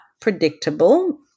predictable